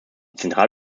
zentrale